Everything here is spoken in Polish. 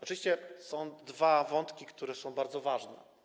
Oczywiście są dwa wątki, które są bardzo ważne.